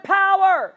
power